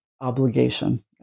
obligation